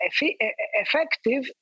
effective